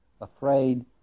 afraid